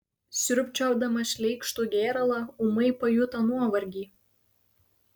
siurbčiodamas šleikštų gėralą ūmai pajuto nuovargį